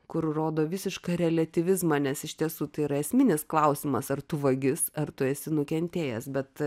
kur rodo visišką reliatyvizmą nes iš tiesų tai yra esminis klausimas ar tu vagis ar tu esi nukentėjęs bet